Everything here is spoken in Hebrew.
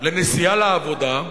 לנסיעה לעבודה,